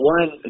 One